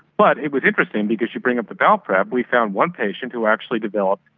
but it was interesting because you bring up the bowel prep, we found one patient who actually developed,